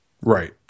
Right